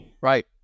Right